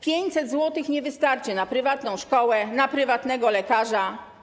500 zł nie wystarczy na prywatną szkołę, na prywatnego lekarza.